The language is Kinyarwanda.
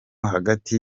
hagati